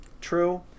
True